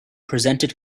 presented